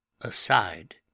Aside